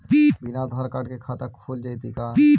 बिना आधार कार्ड के खाता खुल जइतै का?